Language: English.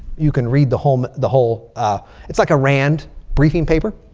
you can read the whole the whole it's like a rand briefing paper.